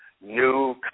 new